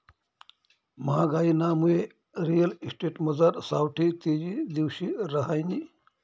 म्हागाईनामुये रिअल इस्टेटमझार सावठी तेजी दिवशी रहायनी